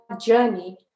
journey